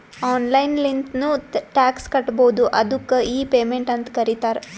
online ಲಿಂತ್ನು tax ಕಟ್ಬೋದು ಅದ್ದುಕ್ ಇ ಪೇಮೆಂಟ್ ಅಂತ್ ಕರೀತಾರ